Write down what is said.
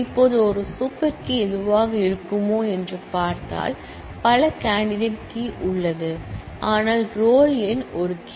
இப்போது ஒரு super key எதுவாக இருக்குமோ என்று பார்த்தால் பல கேண்டிடேட் உள்ளனர் ஆனால் ரோல் எண் ஒரு கீ